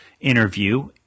interview